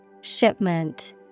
Shipment